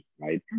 right